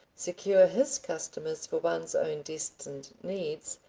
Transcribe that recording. secure his customers for one's own destined needs,